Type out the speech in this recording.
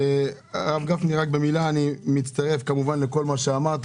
הרב גפני, אני מצטרף לכל מה שאמרת.